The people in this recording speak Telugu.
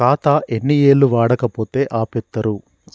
ఖాతా ఎన్ని ఏళ్లు వాడకపోతే ఆపేత్తరు?